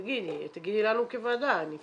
תגידי לנו כוועדה, נפנה.